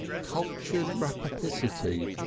cultured rapacicity,